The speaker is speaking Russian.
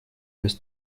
без